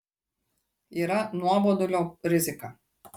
yra nuobodulio rizika